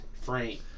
frame